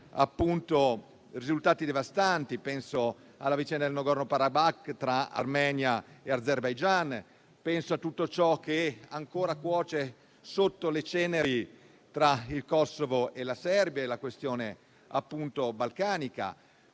dare risultati devastanti: penso alla vicenda del Nagorno-Karabakh tra Armenia e Azerbaijan; penso a tutto ciò che ancora cuoce sotto le ceneri tra il Kosovo e la Serbia nell'ambito della questione balcanica;